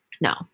No